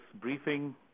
briefing